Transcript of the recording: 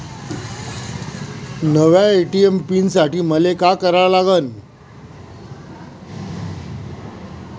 नव्या ATM pin साठी मले का करा लागन?